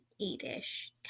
eight-ish